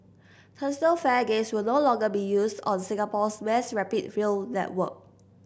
turnstile fare gates will no longer be used on Singapore's mass rapid rail network